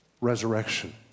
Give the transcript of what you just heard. Resurrection